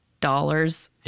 dollars